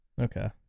Okay